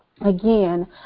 again